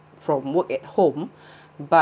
from work at home but